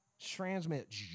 Transmit